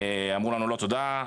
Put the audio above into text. אמרו לנו 'לא תודה,